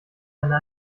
eine